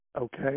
okay